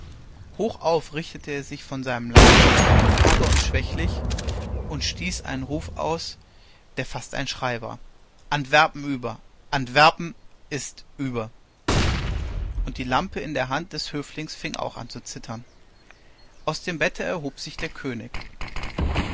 hoch auf richtete er sich von seinem lager hager und schwächlich und stieß einen ruf aus der fast ein schrei war antwerpen ist über antwerpen ist über und die lampe in der hand des höflings fing auch an zu zittern aus dem bette erhob sich der könig